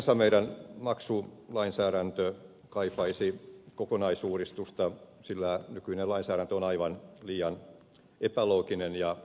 kaikkinensa meidän maksulainsäädäntömme kaipaisi kokonaisuudistusta sillä nykyinen lainsäädäntö on aivan liian epälooginen ja tulkinnanvarainen